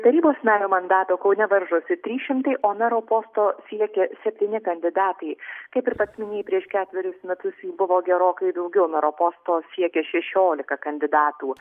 tarybos nario mandato kaune varžosi trys šimtai o mero posto siekia septyni kandidatai kaip ir pats minėjai prieš ketverius metus jų buvo gerokai daugiau mero posto siekė šešiolika kandidatų